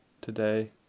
today